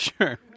Sure